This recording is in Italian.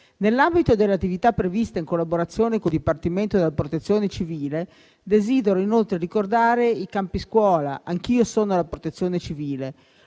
Nell'ambito delle attività previste in collaborazione col dipartimento della Protezione civile, desidero inoltre ricordare i campi scuola «Anch'io sono la Protezione civile»,